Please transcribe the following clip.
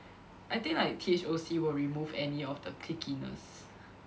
I think like T_H_O_C will remove any of the cliquey-ness